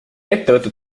ettevõtted